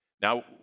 now